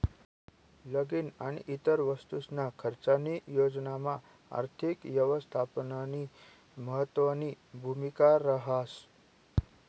लगीन आणि इतर वस्तूसना खर्चनी योजनामा आर्थिक यवस्थापननी महत्वनी भूमिका रहास